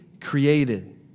created